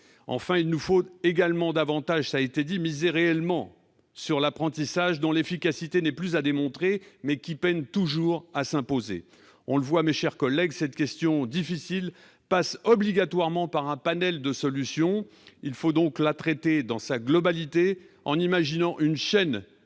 dit, il nous faut davantage miser réellement sur l'apprentissage, dont l'efficacité n'est plus à démontrer, mais qui peine toujours à s'imposer. On le voit, mes chers collègues, cette question difficile passe obligatoirement par un éventail de solutions. Il faut donc la traiter dans sa globalité en imaginant une chaîne